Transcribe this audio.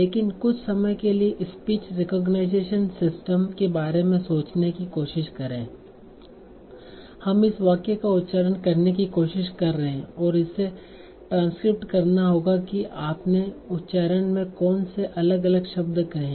लेकिन कुछ समय के लिए स्पीच रेकोगनाईजेसन सिस्टम के बारे में सोचने की कोशिश करें हम इस वाक्य का उच्चारण करने की कोशिश कर रहे हैं और इसे ट्रांसक्रिप्ट करना होगा कि आपने उच्चारण में कौन से अलग अलग शब्द कहे हैं